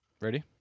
Ready